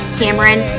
cameron